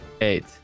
Eight